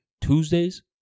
Tuesdays